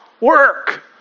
work